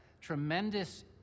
tremendous